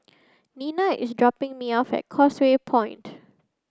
Nena is dropping me off at Causeway Point